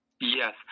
Yes